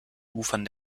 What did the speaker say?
ufern